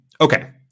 Okay